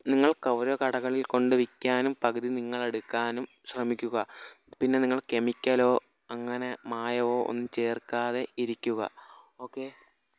നിങ്ങൾക്ക് ഓരോ കടകളിൽ കൊണ്ട് വിൽക്കാനും പകുതി നിങ്ങളെടുക്കാനും ശ്രമിക്കുക പിന്നെ നിങ്ങൾ കെമിക്കലോ അങ്ങനെ മായാമോ ഒന്നും ചേർക്കാതെ ഇരിക്കുക ഓക്കേ